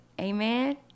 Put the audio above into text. amen